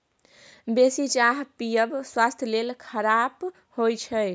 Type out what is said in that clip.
बेसी चाह पीयब स्वास्थ्य लेल खराप होइ छै